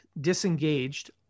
disengaged